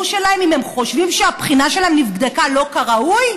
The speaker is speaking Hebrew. אם הם חושבים שהבחינה שלהם נבדקה לא כראוי?